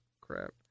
crap